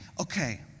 okay